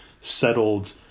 settled